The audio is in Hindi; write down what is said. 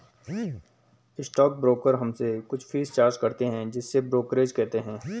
स्टॉक ब्रोकर हमसे कुछ फीस चार्ज करते हैं जिसे ब्रोकरेज कहते हैं